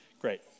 Great